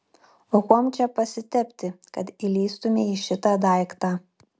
o kuom čia pasitepti kad įlįstumei į šitą daiktą